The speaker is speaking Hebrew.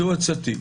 זו עצתי.